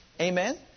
Amen